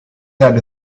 had